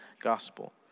gospel